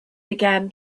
began